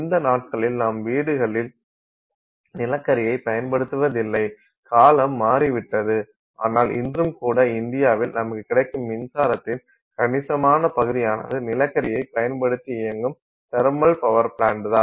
இந்த நாட்களில் நாம் நம் வீடுகளில் நிலக்கரியைப் பயன்படுத்துவதில்லை காலம் மாறிவிட்டது ஆனால் இன்றும் கூட இந்தியாவில் நமக்கு கிடைக்கும் மின்சாரத்தின் கணிசமான பகுதியானது நிலக்கரியை பயன்படுத்தி இயங்கும் தெர்மல் பவர் ப்ளாண்ட் தான்